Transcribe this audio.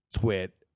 twit